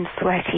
sweaty